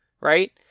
right